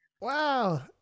Wow